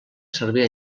servir